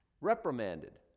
reprimanded